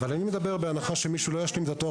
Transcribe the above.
אבל אני מדבר בהנחה שמישהו לא ישלים את התואר